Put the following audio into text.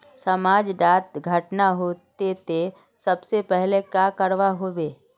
समाज डात घटना होते ते सबसे पहले का करवा होबे?